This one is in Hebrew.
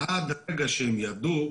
ועד הרגע שהם ירדו,